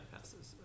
Passes